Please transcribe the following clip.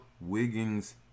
Wiggins